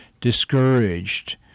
discouraged—